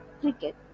cricket